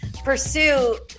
Pursue